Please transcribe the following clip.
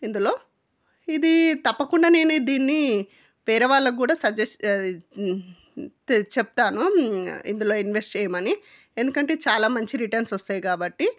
ఇందులో ఇది తప్పకుండ నేను దీన్ని వేరే వాళ్ళకు కూడా సజ్జెస్ట్ తె చెప్తాను ఇందులో ఇన్వెస్ట్ చెయ్యమని ఎందుకంటే చాలా మంచి రిటర్న్స్ వస్తాయి కాబట్టి